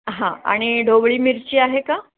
हां आणि ढोबळी मिरची आहे का